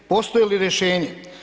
Postoji li rješenje?